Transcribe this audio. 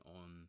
on